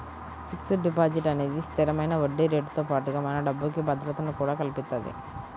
fixed deposit అనేది స్థిరమైన వడ్డీరేటుతో పాటుగా మన డబ్బుకి భద్రతను కూడా కల్పిత్తది